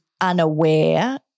unaware